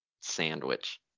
sandwich